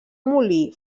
molí